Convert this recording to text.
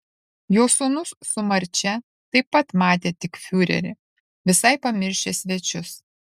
jo sūnus su marčia taip pat matė tik fiurerį visai pamiršę svečius